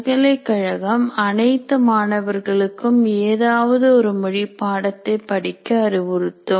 பல்கலைக்கழகம் அனைத்து மாணவர்களும் ஏதாவது ஒரு மொழிப் பாடத்தை படிக்க அறிவுறுத்தும்